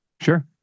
sure